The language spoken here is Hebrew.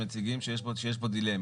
יש כאן בעיה שמציגים שיש פה דילמה.